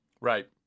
Right